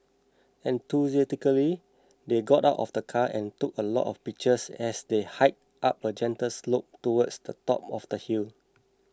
enthusiastically they got out of the car and took a lot of pictures as they hiked up a gentle slope towards the top of the hill